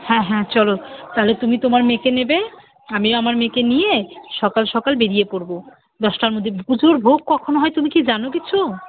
হ্যাঁ হ্যাঁ চলো তাহলে তুমি তোমার মেয়েকে নেবে আমিও আমার মেয়েকে নিয়ে সকাল সকাল বেরিয়ে পড়বো দশটার মধ্যে পুজোর ভোগ কখন হয় তুমি কি জানো কিছু